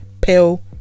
pill